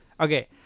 okay